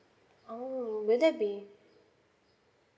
oh will that be